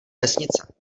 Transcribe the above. vesnice